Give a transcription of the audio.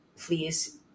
please